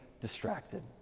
distracted